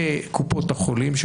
לקופות החולים,